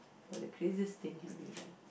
what are the craziest thing have you done